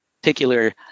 particular